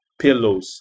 pillows